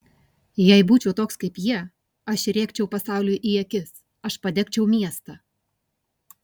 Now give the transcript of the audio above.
jei būčiau toks kaip jie aš rėkčiau pasauliui į akis aš padegčiau miestą